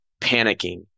panicking